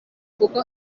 kuko